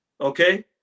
Okay